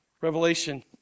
Revelation